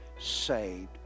saved